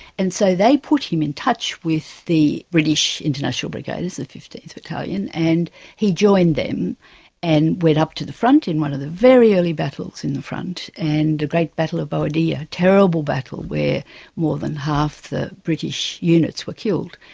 and so they put him in touch with the british international brigaders, the fifteenth battalion, and he joined them and went up to the front in one of the very early battles in the front, and the great battle of boadilla, a terrible battle where more than half of the british units were killed.